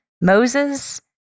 Moses